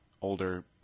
older